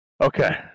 Okay